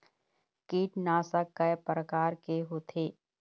कीटनाशक कय प्रकार के होथे?